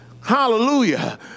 hallelujah